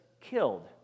killed